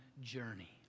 journey